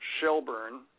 Shelburne